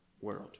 world